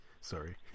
Sorry